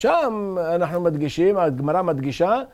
‫שם אנחנו מדגישים, ‫הגמרא מדגישה.